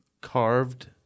carved